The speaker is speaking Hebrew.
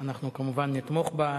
שאנחנו כמובן נתמוך בה.